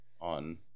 on